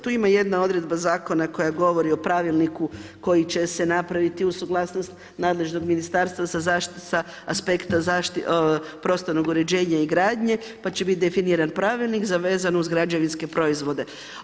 Tu ima jedna odredba zakona koja govori o pravilniku koje će se napraviti uz suglasnost nadležnog ministarstva sa aspekta prostornog uređenja i gradnje, pa će biti definiran pravilnik, zavezan uz građevinske proizvode.